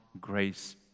grace